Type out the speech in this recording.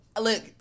Look